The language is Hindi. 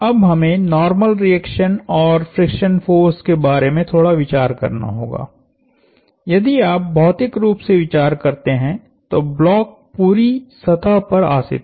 अब हमें नार्मल रिएक्शन और फ्रिक्शन फोर्स के बारे में थोड़ा विचार करना होगा यदि आप भौतिक रूप से विचार करते हैं तो ब्लॉक पूरी सतह पर आसित है